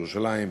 ירושלים,